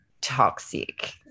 toxic